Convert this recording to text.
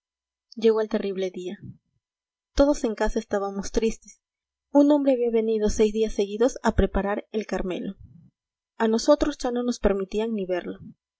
llegó el terrible día todos en casa estábamos tristes un hombre había venido seis días seguidos a preparar el carmelo a nosotros ya no nos permitían ni verlo